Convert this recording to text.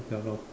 ya lor